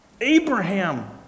Abraham